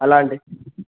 అలాంటివి